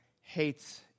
hates